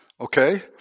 Okay